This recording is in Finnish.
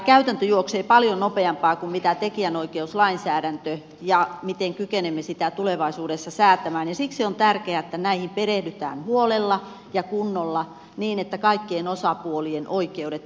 käytäntö juoksee paljon nopeampaa kuin tekijänoikeuslainsäädäntö ja se miten kykenemme sitä tulevaisuudessa säätämään ja siksi on tärkeää että näihin perehdytään huolella ja kunnolla niin että kaikkien osapuolien oikeudet tulevat toteutetuksi